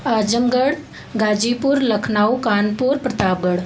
Azamgarh Ghazipur Lucknow Kanpur Pratapgarh